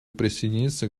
присоединиться